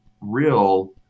real